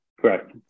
Correct